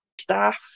staff